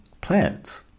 plants